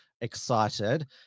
excited